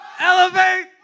Elevate